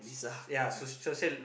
is a ya so social